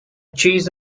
cheese